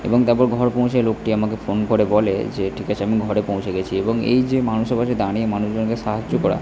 এবং তারপর ঘর পৌঁছে লোকটি আমাকে ফোন করে বলে যে ঠিক আছে আমি ঘরে পৌঁছে গেছি এবং এই যে মানুষের পাশে দাঁড়িয়ে মানুষজনকে সাহায্য করা